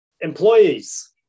Employees